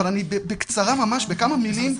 אבל אני בקצרה ממש בכמה מילים.